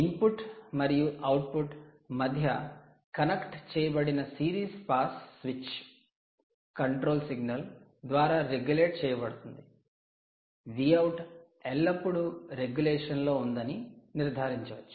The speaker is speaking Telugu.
ఇన్పుట్ మరియు అవుట్పుట్ మధ్య కనెక్ట్ చేయబడిన సిరీస్ పాస్ స్విచ్ను కంట్రోల్ సిగ్నల్ ద్వారా రెగ్యులేట్ చేయబడుతుంది Vout ఎల్లప్పుడూ రెగ్యులేషన్ లో ఉందని నిర్దారించచ్చు